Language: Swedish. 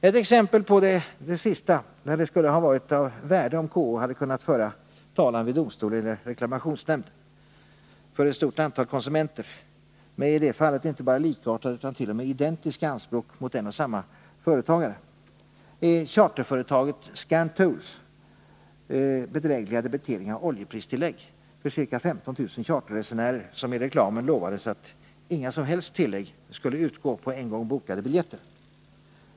Ett exempel på när det skulle ha varit av värde om KO hade kunnat föra talan vid domstol eller reklamationsnämnd för ett stort antal konsumenter — i detta fall var anspråken inte bara likartade utan identiska — mot en och samma företagare är charterföretaget Scantours bedrägliga debitering av oljepristillägg för ca 15 000 charterresenärer, som i reklamen lovades att inga som helst tillägg skulle utgå på en gång bokade biljetter.